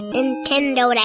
Nintendo